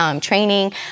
training